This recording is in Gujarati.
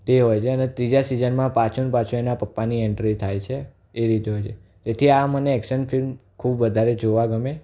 તે હોય છે અને ત્રીજા સિઝનમાં પાછું પાછું એના પપ્પાને એન્ટ્રી થાય છે એ રીતે હોય છે તેથી આ મને એક્શન ફિલ્મ ખૂબ વધારે જોવા ગમે